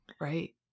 Right